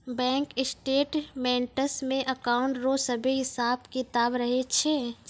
bank statements मे account रो सभे हिसाब किताब रहै छै